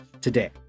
today